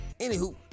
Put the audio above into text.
Anywho